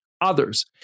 others